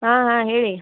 ಹಾಂ ಹಾಂ ಹೇಳಿ